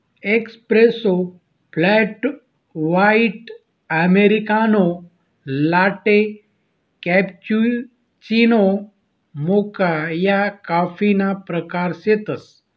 espresso, flat white, americano, latte, cappuccino, mocha या कॉफीना प्रकार शेतसं